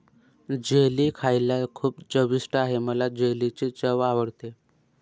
jelly खायला खूप चविष्ट आहे मला जेलीची चव आवडते